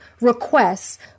requests